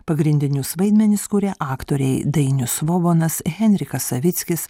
pagrindinius vaidmenis kuria aktoriai dainius svobonas henrikas savickis